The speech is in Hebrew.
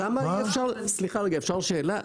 סליחה רגע, אפשר שאלה?